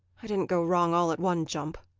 i didn't go wrong all at one jump.